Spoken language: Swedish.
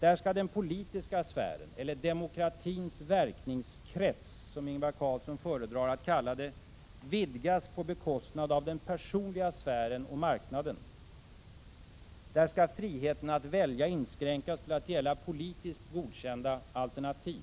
Där skall den politiska sfären, eller demokratins verkningskrets som Ingvar Carlsson föredrar att kalla det, vidgas på bekostnad av den personliga sfären och marknaden. Där skall friheten att välja inskränkas till att gälla politiskt godkända alternativ.